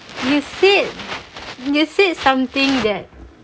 you said you said something that